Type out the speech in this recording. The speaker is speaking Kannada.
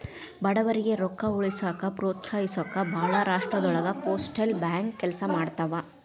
ಬಡವರಿಗಿ ರೊಕ್ಕ ಉಳಿಸೋಕ ಪ್ರೋತ್ಸಹಿಸೊಕ ಭಾಳ್ ರಾಷ್ಟ್ರದೊಳಗ ಪೋಸ್ಟಲ್ ಬ್ಯಾಂಕ್ ಕೆಲ್ಸ ಮಾಡ್ತವಾ